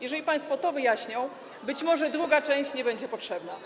Jeżeli państwo to wyjaśnią, to może dalsza część nie będzie potrzebna.